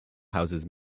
houses